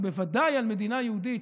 ובוודאי על מדינה יהודית,